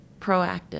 proactive